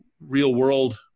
real-world